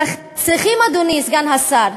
צריכים, אדוני סגן השר,